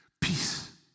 Peace